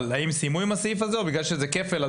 אבל האם סיימו את הסעיף הזה או בגלל שזה כפל,